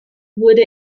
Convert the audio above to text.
wurde